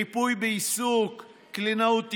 ריפוי בעיסוק וקלינאות תקשורת,